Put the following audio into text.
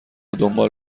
دنبال